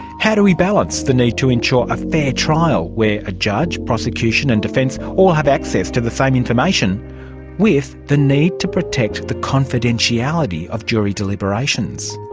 how do we balance the need to ensure a fair trial where a judge, prosecution and defence all have access to the same information with the need to protect the confidentiality of jury deliberations?